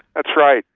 that's right.